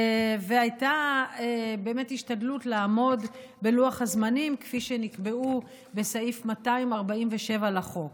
והייתה באמת השתדלות לעמוד בלוח הזמנים כפי שנקבע בסעיף 247 לחוק.